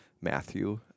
Matthew